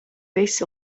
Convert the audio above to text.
visi